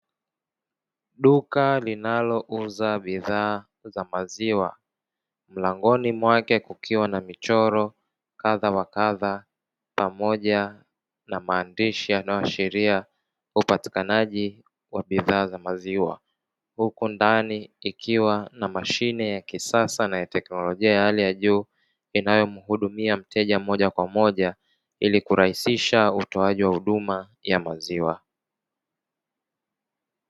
Duka linalouza bidhaa za maziwa mlangoni mwake kukiwa na michoro kadha wa kadha pamoja na maandishi yanayoashiria upatikanaji wa bidhaa za maziwa, huku ndani ikiwa na mashine ya kisasa na teknolojia ya hali ya juu inayomhudumia mteja moja kwa moja ili kurahisisha utoaji wa huduma ya maziwa.